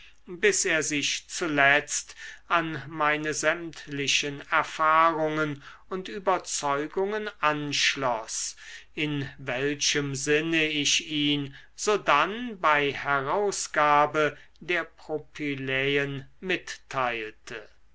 bis er sich zuletzt an meine sämtlichen erfahrungen und überzeugungen anschloß in welchem sinne ich ihn sodann bei herausgabe der propyläen mitteilte